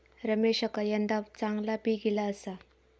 रमेशका यंदा चांगला पीक ईला आसा